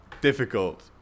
Difficult